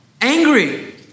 angry